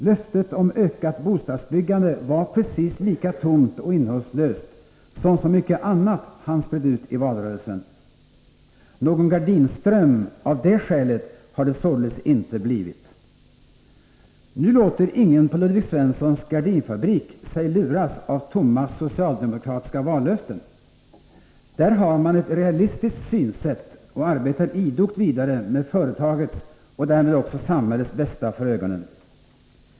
Löftet om ökat bostadsbyggande var precis lika tomt och innehållslöst som så mycket annat han spred ut i valrörelsen. Någon gardinström av det skälet har det således inte blivit. Nu låter sig ingen på Ludvig Svenssons gardinfabrik luras av tomma socialdemokratiska vallöften. Där har man ett realistiskt synsätt och arbetar idogt vidare med företagets och därmed också samhällets bästa för ögonen.